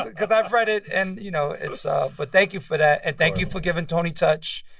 because i've read it and, you know, it's um but thank you for that. and thank you for giving tony touch,